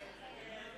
הצעת סיעות